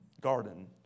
garden